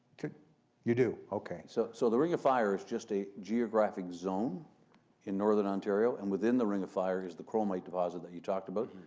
you do, okay. so, so the ring of fire is just a geographic zone in northern ontario and within the ring of fire is the chromite deposit that you talked about,